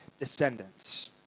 descendants